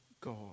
God